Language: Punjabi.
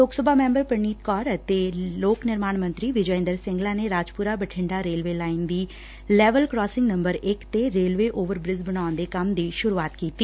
ਲੋਕ ਸਭਾ ਮੈਂਬਰ ਪਰਨੀਤ ਕੌਰ ਅਤੇ ਲੇਕ ਨਿਰਮਾਣ ਮੰਤਰੀ ਵਿਜੈ ਇੰਦਰ ਸਿੰਗਲਾ ਨੇ ਰਾਜਪੁਰਾ ਬਠਿੰਡਾ ਰੇਲਵੇ ਲਾਈਨ ਦੀ ਲੈਵਲ ਕਰਾਸਿੰਗ ਨੰਬਰ ਇਕ ਤੇ ਰੇਲਵੇ ਓਵਰ ਬ੍ਰਿਜ਼ ਬਣਾਉਣ ਦੇ ਕੰਮ ਦੀ ਸ਼ੁਰੂਆਤ ਕੀਤੀ